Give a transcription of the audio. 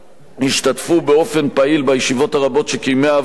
השתתפו באופן פעיל בישיבות הרבות שקיימה הוועדה,